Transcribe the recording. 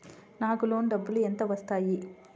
నాకు లోన్ డబ్బులు ఎంత వస్తాయి?